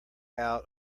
out